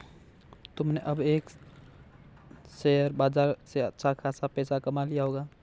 तुमने अब तक शेयर बाजार से अच्छा खासा पैसा कमा लिया होगा